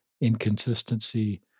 inconsistency